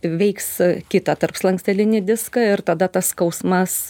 veiks kitą tarpslankstelinį diską ir tada tas skausmas